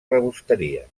rebosteria